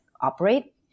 operate